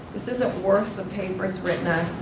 this isn't worth the paper it's written on.